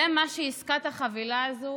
זה מה שעסקת החבילה הזו